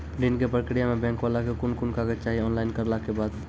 ऋण के प्रक्रिया मे बैंक वाला के कुन कुन कागज चाही, ऑनलाइन करला के बाद?